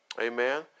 amen